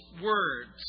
words